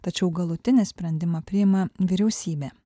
tačiau galutinį sprendimą priima vyriausybė